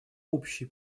общей